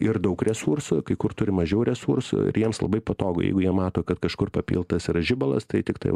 ir daug resursų kai kur turi mažiau resursų ir jiems labai patogu jeigu jie mato kad kažkur papiltas yra žibalas tai tiktai